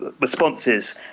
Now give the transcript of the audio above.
responses